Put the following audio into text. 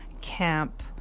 camp